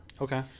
Okay